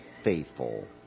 faithful